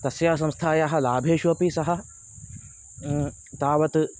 तस्या संस्थायाः लाभेषु अपि सः तावत्